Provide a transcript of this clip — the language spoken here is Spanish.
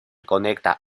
conecta